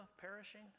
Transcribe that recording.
perishing